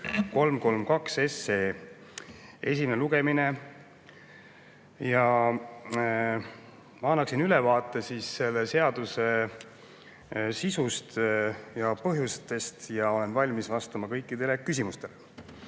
332. Esimene lugemine. Ma annan siin ülevaate selle seaduse sisust ja põhjustest ja olen valmis vastama kõikidele küsimustele.